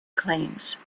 claims